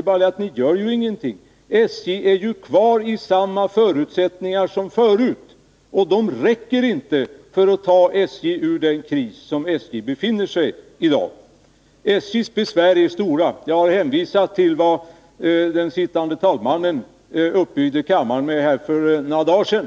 Men ni gör ju ingenting. SJ har samma förutsättningar som tidigare, och de räcker inte för att ta SJ ur den kris som företaget i dag befinner sig i. SJ:s besvär är stora. Jag hänvisar till vad den sittande talmannen uppbyggde kammaren med för några dagar sedan,